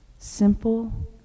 Simple